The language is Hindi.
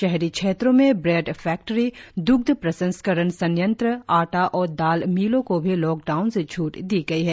शहरी क्षेत्रों में ब्रेड फैक्टरी द्ग्ध प्रसंस्करण संयंत्र आटा और दाल मिलों को भी लॉकडाउन से छूट दी गई है